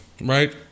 right